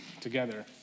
together